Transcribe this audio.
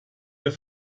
der